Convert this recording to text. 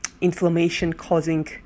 inflammation-causing